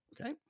okay